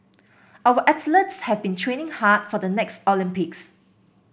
our athletes have been training hard for the next Olympics